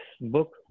book